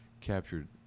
captured